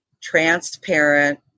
Transparent